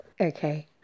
Okay